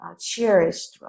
cherished